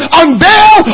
unveil